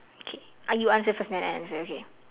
okay ah you answer first then I answer okay